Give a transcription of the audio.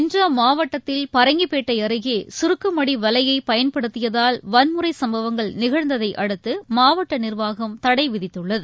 இன்றுஅம்மாவட்டத்தில் பரங்கிப்பேட்டைஅருகேசுருக்குமடிவலையைபயன்படுத்தியதால் வன்முறைசம்பவங்கள் நிகழ்ந்ததையடுத்தமாவட்டநிர்வாகம் தடைவிதித்துள்ளது